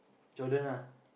children lah